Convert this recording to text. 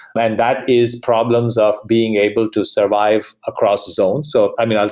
and that is problems of being able to survive across zones. so i mean, and